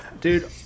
Dude